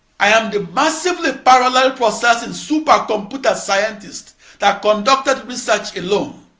i'm the massively parallel processing supercomputer scientist that conducted research alone